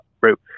route